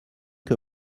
que